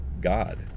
God